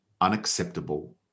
unacceptable